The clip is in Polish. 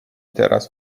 teraz